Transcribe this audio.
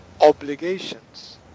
obligations